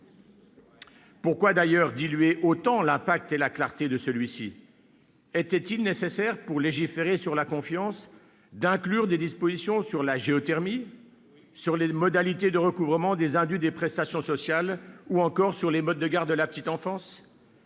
Pourquoi, d'ailleurs, diluer autant l'impact et la clarté de ce projet de loi ? Était-il nécessaire, pour légiférer sur la confiance, d'inclure des dispositions sur la géothermie, ... Oui !... sur les modalités de recouvrement des indus des prestations sociales, ou encore sur les modes de garde de la petite enfance ?